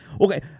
Okay